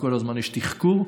וכל הזמן יש תחקור,